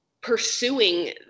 pursuing